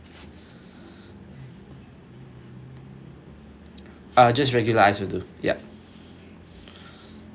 uh just regular ice will do yup